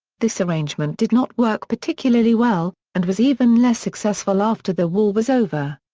this arrangement did not work particularly well, and was even less successful after the war was over.